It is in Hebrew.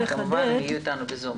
אם יורשה לי,